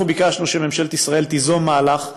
אנחנו ביקשנו שממשלת ישראל תיזום מהלך.